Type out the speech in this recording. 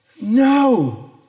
No